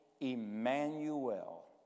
Emmanuel